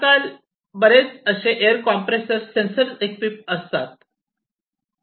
आज काल बरेचसे एअर कॉम्प्रेसर सेन्सर इक्विप असतात